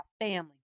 family